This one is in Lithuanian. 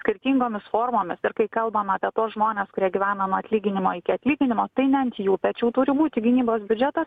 skirtingomis formomis ir kai kalbam apie tuos žmones kurie gyvena nuo atlyginimo iki atlyginimo tai ne ant jų pečių turi būti gynybos biudžetas